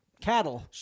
cattle